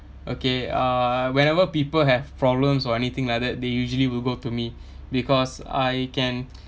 okay uh wherever people have problems or anything like that they usually will go to me because I can